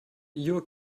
you’re